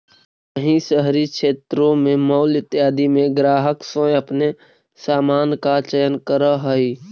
वहीं शहरी क्षेत्रों में मॉल इत्यादि में ग्राहक स्वयं अपने सामान का चयन करअ हई